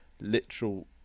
literal